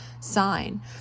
sign